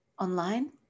online